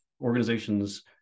organizations